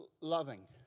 loving